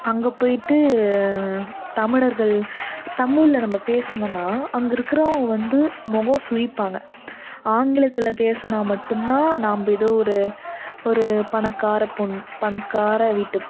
அங்கே போயிட்டு தமிழர்கள் தமிழில் நம்ம பேசுனோன்னால் அங்கே இருக்கிறவங்க வந்து முகம் சுழிப்பாங்க ஆங்கிலத்தில் பேசுனால் மட்டுந்தான் நாம் எதோ ஒரு ஒரு பணக்கார பெண் பணக்கார வீட்டு